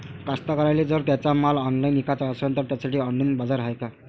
कास्तकाराइले जर त्यांचा माल ऑनलाइन इकाचा असन तर त्यासाठी ऑनलाइन बाजार हाय का?